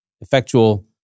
effectual